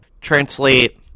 translate